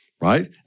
right